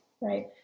Right